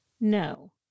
no